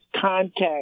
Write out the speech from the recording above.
contact